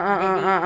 on that day